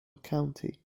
county